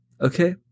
okay